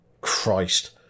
Christ